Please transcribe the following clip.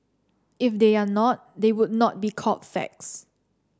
if they are not they would not be called facts